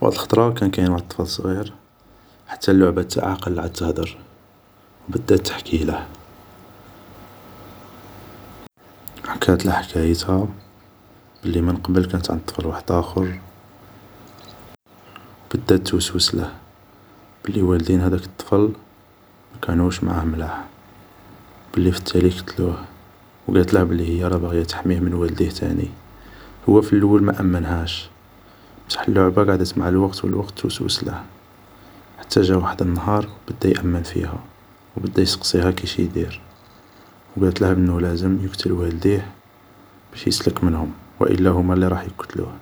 واحد الخطرة كان كاين طفل صغير ، حتى اللعبة تاعه قلعة تهدر ، و بدات تحكيله ، حكاتله حكايتها ، بلي من قبل كانت عند طفل وحداخر و بدات توسوسله ، بلي والدين هداك الطفل مكنوش معاه ملاح و بلي في التالي كتلوه ، و قاتله بلي هي راها باغية تحميه من والديه تاني ، هو في الاول ما امنهاش ، بصح اللعبة قعدة مع الوقت و الوقت توسوسله ، حتى جا واحد النهار بدا يامن فيها و بدا يسقسيها كيش يدير و قاتله انو لازم يقتل والديه باش يسلك منهم و الا هما اللي راح يقتلوه ،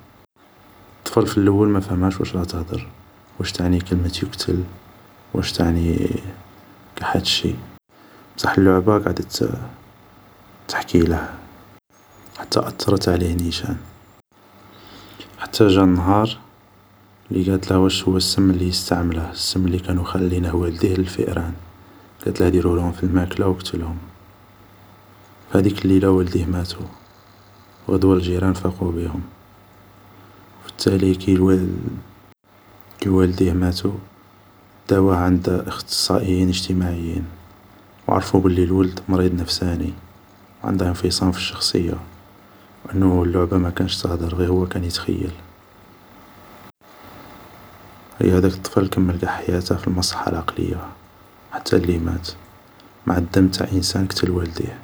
الطفل في اللول مافهمهاش واش راها تهضر ، واش تعني كلمة يقتل واش تعني قاع هاد الشيء ، بصح اللعبة قعدت تحكيله حتى اترت عليه نيشان ، حتى جا واحد النهار اللي قاتله واش هو السم اللي يستعمله ، السم اللي كانو والديه خالينه للفاران ، قاتله ديرهولهم في الماكلة و قتلهم ، هديك الليلة والديه ماتو ، غدوا الجيران فاقو بيهم ، فالتالي كي الوال ، كي والديه ماتو داوه عن اختصائيين اجتماعيين و عرفو بلي الولد مريض نفساني ، و عنده انفصام في الشخصية ، و انو اللعبة مكانتش تهدر ، غي هو كان يتخيل ، ايا هداك الطفل كمل قاع حياته في المصحة العقلية ، حتى اللي مات مع الدنب تاع انسان قتل والديه